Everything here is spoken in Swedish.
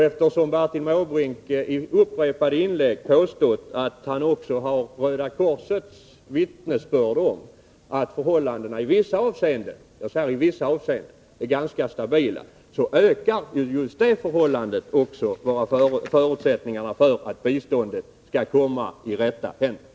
Eftersom Bertil Måbrink i upprepade inlägg påstått att han också har Röda korsets vittnesbörd om att förhållandena i vissa fall är ganska stabila, ökar det också förutsättningarna för att biståndet skall komma i rätta händer.